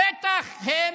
בטח, הם